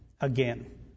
again